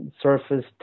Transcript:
surface